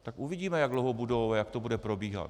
Tak uvidíme, jak dlouho budou a jak to bude probíhat.